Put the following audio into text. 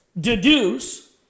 deduce